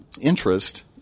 interest